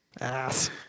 Ass